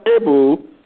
able